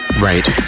Right